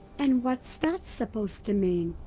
and what's that supposed to mean?